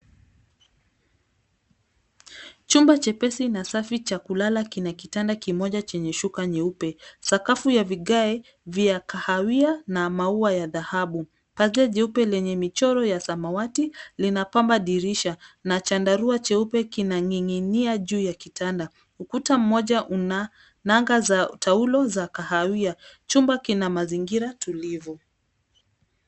Jumba jepesi na safi cha kulala kina kitanda kimoja chenye shuka nyeupe, sakafu ya vigae vya kahawia na mau ya dhahabu. Pazia cheupe lenye michoro ya samawati lina pamba dirisha, na chandarua nyeupe inaningi'nia juu ya kitanda. Ukuta moja una nanga za taulo za kahawia. Jumba kina mazingira tulivu.